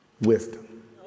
wisdom